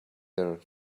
the